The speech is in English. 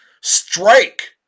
Strike